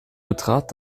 betrat